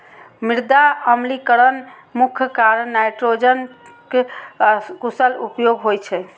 मृदा अम्लीकरणक मुख्य कारण नाइट्रोजनक अकुशल उपयोग होइ छै